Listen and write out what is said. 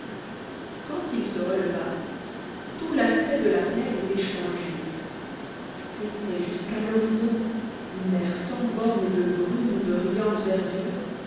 quand il se releva tout l'aspect de la plaine était changé c'était jusqu'à l'horizon une mer sans bornes de brune ou de riante verdure